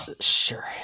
Sure